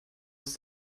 ist